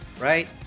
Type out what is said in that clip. right